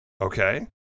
Okay